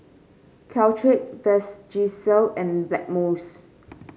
Caltrate Vagisil and Blackmores